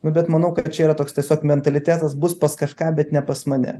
nu bet manau kad čia yra toks tiesiog mentalitetas bus pas kažką bet ne pas mane